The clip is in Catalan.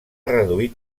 reduït